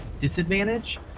disadvantage